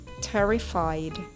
terrified